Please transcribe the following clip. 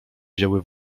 wzięły